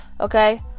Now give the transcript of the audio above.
Okay